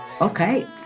okay